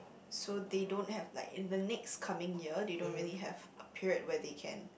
so they don't have like in the next coming year they don't really have a period where they can